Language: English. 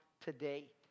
today